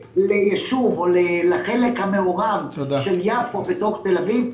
וליישוב או לחלק המעורב של יפו בתוך תל אביב,